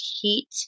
heat